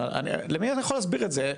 מי יכול להסביר את זה?